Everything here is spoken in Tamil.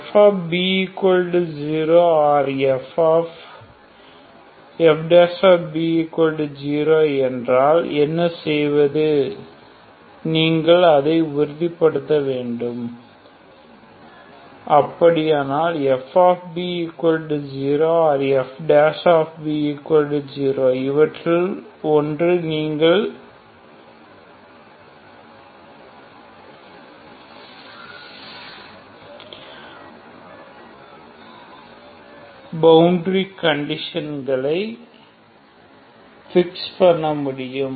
fb0 or f'b0 என்றால் என்ன செய்வது நீங்கள் அதை உறுதிப்படுத்த வேண்டும் pxfdgdx gdfdx|ab0 அப்படியானால் fb0 or f'b0 இவற்றில் ஒன்று நீங்கள் எங்கள் போன்ற பவுண்டரி கன்டிஷன்களை பிக்ஸ் பண்ண முடியும்